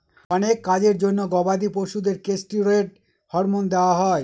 অনেক কাজের জন্য গবাদি পশুদের কেষ্টিরৈড হরমোন দেওয়া হয়